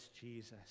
Jesus